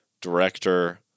director